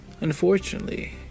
unfortunately